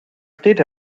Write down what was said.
steht